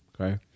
Okay